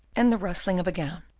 and the rustling of a gown,